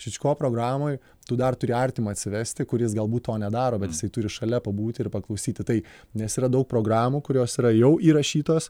šičko programoj tu dar turi artimą atsivesti kuris galbūt to nedaro bet jisai turi šalia pabūti ir paklausyti tai nes yra daug programų kurios yra jau įrašytos